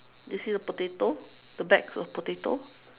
do you see the potato the bags of potato